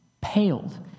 paled